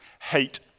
hate